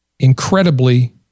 incredibly